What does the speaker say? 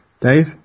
Dave